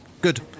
Good